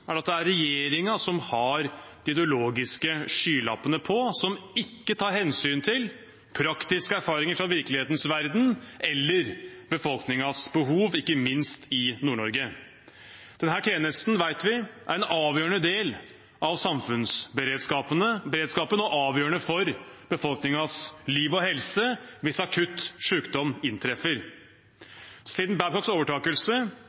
er det at det er regjeringen som har de ideologiske skylappene på, som ikke tar hensyn til praktiske erfaringer fra virkelighetens verden eller befolkningens behov, ikke minst i Nord-Norge. Denne tjenesten vet vi er en avgjørende del av samfunnsberedskapen og avgjørende for befolkningens liv og helse hvis akutt sykdom inntreffer. Siden Babcocks overtakelse